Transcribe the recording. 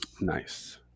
Nice